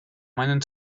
meinen